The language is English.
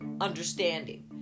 understanding